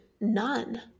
None